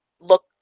look